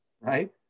Right